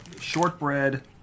shortbread